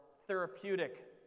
therapeutic